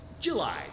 July